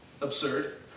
absurd